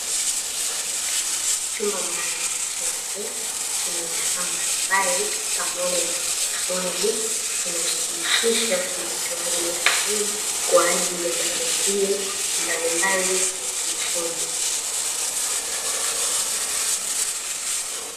Chumba maalum cheupe chenye vifaa mbalimbali pamoja na wakufunzi, kinachojihusisha na utoaji wa elimu kwa ajili ya majaribio mbalimbali ya kiufundi.